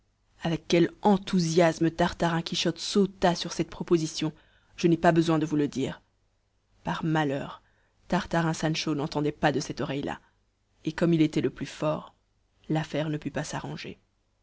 avec quel enthousiasme tartarin quichotte sauta sur cette proposition je n'ai pas besoin de vous le dire par malheur tartarin sancho n'entendait pas de cette oreille là et comme il était le plus fort l'affaire ne put pas s'arranger